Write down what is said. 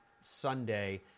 sunday